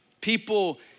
people